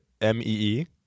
M-E-E